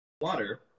water